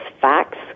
facts